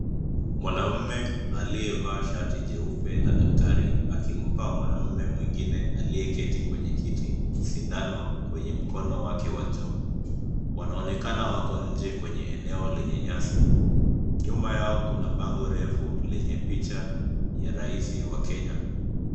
Mwanaume aliyevaa shati jeupe la daktari akimpa mwanamume mwingine aliyeketi kwenye kiti sindano kwenye mkono wake wa juu. Wanaonekana wako nje kwenye eneo lenye nyasi. Nyuma yao kuna bango refu lenye picha ya Rais wa Kenya.